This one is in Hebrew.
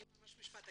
אני אגיד משפט.